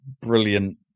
brilliant